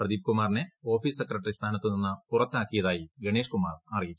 പ്രദീപ് കുമാറിനെ office secretary സ്ഥാനത്തുനിന്ന് പുറത്താക്കിയതായി ഗണേഷ് കുമാർ അറിയിച്ചു